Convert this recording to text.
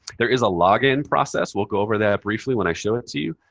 there is a login process. we'll go over that briefly when i show it to you.